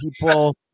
people